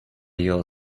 your